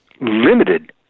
limited